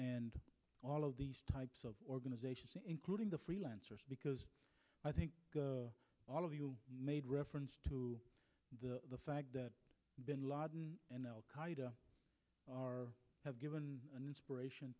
and all of these types of organizations including the freelancers because i think all of you made reference to the fact that bin laden and al qaeda are given an inspiration